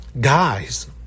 Guys